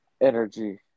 energy